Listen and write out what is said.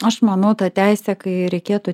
aš manau tą teisę kai reikėtų